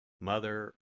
Mother